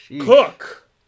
Cook